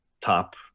top